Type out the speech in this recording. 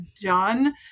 done